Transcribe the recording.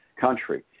country